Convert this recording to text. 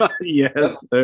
Yes